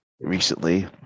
recently